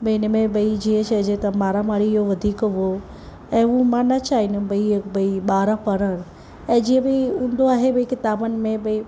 भई इन में भई जीअं चइजे त मारामारीअ जो वधीक हुओ ऐं उहा मां न चाहींदमि भई भई ॿार पढ़े ऐं जीअं भई हूंदो आहे भई किताबनि में भई